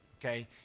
okay